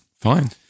Fine